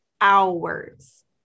hours